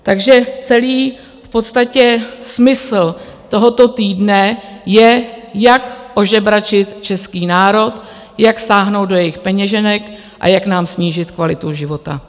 Takže celý v podstatě smysl tohoto týdne je, jak ožebračit český národ, jak sáhnout do jejich peněženek a jak nám snížit kvalitu života.